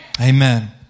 Amen